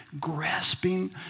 grasping